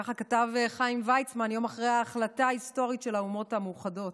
ככה כתב חיים ויצמן יום אחרי ההחלטה ההיסטורית של האומות המאוחדות.